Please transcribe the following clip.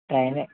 ట్రైనే